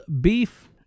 beef